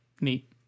neat